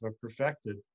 perfected